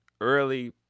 early